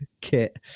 kit